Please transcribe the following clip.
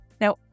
Now